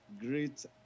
great